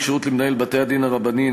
כשירות למנהל בתי-הדין הרבניים),